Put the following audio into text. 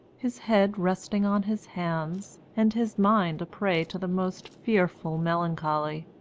his head resting on his hands, and his mind a prey to the most fearful melancholy.